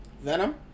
Venom